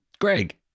Greg